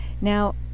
now